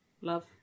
Love